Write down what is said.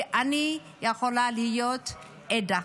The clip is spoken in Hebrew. כי אני יכולה להיות עדה.